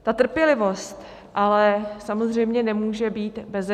Ta trpělivost ale samozřejmě nemůže být bezedná.